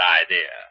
idea